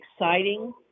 exciting